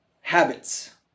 habits